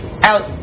out